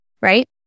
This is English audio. Right